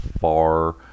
far